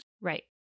Right